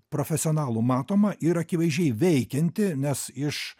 profesionalų matoma ir akivaizdžiai veikianti nes iš